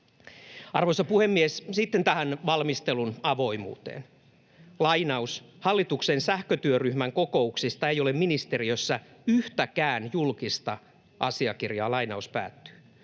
Arvoisa puhemies! Sitten tähän valmistelun avoimuuteen: ”Hallituksen sähkötyöryhmän kokouksista ei ole ministeriössä yhtäkään julkista asiakirjaa.” Näin uutisoi